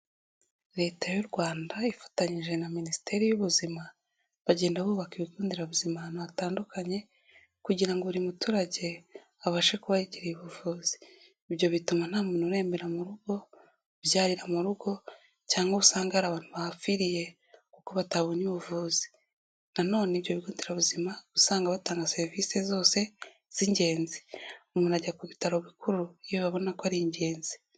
Leta y'u rwanda ifatanyije na Minisiteri y'Ubuzima, bagenda bubaka ibigo nderabuzima ahantu hatandukanye kugira ngo buri muturage abashe kuba ahegereye ubuvuzi. Ibyo bituma nta muntu urembera mu rugo, ubyarira mu rugo cyangwa usanga hari abantu bapfiriye kuko batabonye ubuvuzi. Na none ibyo bigo nderabuzima usanga batanga serivisi zose z'ingenzi. Umuntu ajya ku bitaro bikuru iyo babona ko ari ingenzi.